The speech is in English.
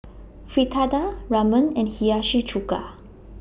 Fritada Ramen and Hiyashi Chuka